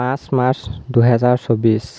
পাঁচ মাৰ্চ দুহেজাৰ চৌবিছ